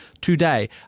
today